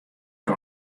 wer